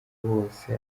wose